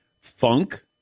Funk